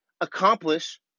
accomplish